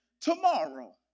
tomorrow